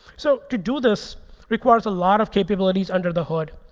so to do this requires a lot of capabilities under the hood.